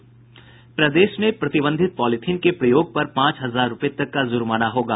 प्रदेश में प्रतिबंधित पॉलीथिन के प्रयोग पर पांच हजार रूपये तक का जुर्माना होगा